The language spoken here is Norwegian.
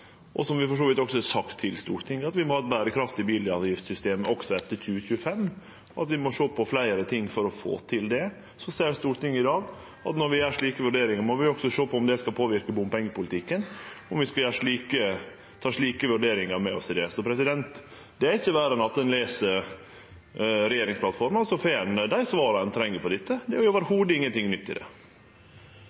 Vi har for så vidt sagt til Stortinget at vi må ha et berekraftig bilavgiftsystem også etter 2015, at vi må sjå på fleire ting for å få til det. Så seier Stortinget i dag at når vi gjer slike vurderingar, må vi også sjå på om det skal påverke bompengepolitikken, om vi skal ta slike vurderingar med oss i det. Det er ikkje verre enn at ein les regjeringsplattforma, så får ein dei svara ein treng på dette – det er i det heile ingenting nytt i det.